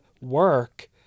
work